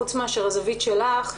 פרט לזווית שלך,